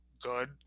good